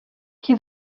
qui